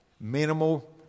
minimal